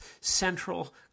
central